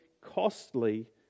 costly